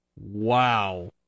Wow